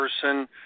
person